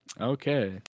Okay